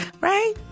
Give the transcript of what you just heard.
right